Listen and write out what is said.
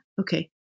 okay